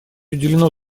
уделено